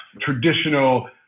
traditional